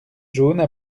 jaunes